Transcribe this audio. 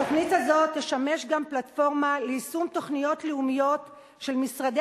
התוכנית הזאת תשמש גם פלטפורמה ליישום תוכניות לאומיות של משרדי